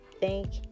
Thank